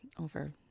over